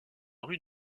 rue